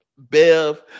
bev